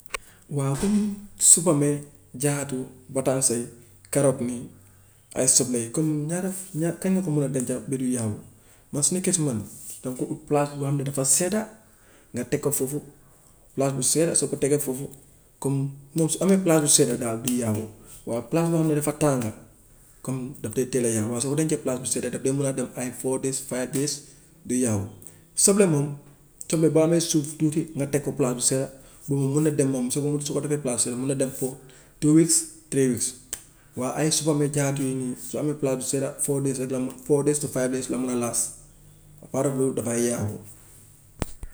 Waa comme supame, jaxato, batase, karoot nii ay soble yi comme ñaata ña- kañ nga ko mun a denca ba du yàqu. Man su nekkee si man danga koy ub palaas boo xam ne dafa sedda nga teg ko foofu, palaas bu sedda soo ko tegee foofu comme ñoom su amee palaas bu sedda daal du yàqu, waaw palaas boo xam ne dafa tànga comme daf dee teel a yàqu, waaye soo ko dencee palaas bu sedda daf dee mën a def five four days five days du yàqu. Soble moom soble bu amee suuf tuuti nga teg ko palaas bu sedd ba mu mun a dem moom su ko su ko defee palaas bu sedd mun na dem foofu. Waa ay supame, jaxato yooyu noonu su amee palaas bu sedd foofu day sedda four days to five days on the last à part loolu dafay yàqu.